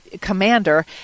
commander